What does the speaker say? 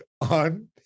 on